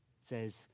says